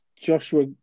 Joshua